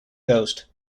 coast